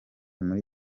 muri